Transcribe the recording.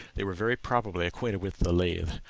they were very probably acquainted with the lathe.